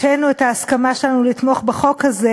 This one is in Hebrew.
השהינו את ההסכמה שלנו לתמוך בחוק הזה